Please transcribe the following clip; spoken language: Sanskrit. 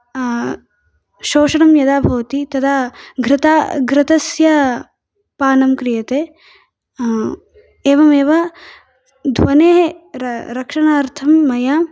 शोषणं यदा भवति तदा घृता घृतस्य पानं क्रियते एवमेव ध्वनेः रक्षणार्थं मया